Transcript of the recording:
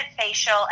facial